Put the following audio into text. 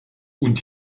und